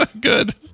Good